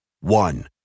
One